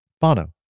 Bono